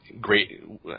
great